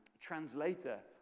translator